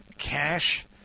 Cash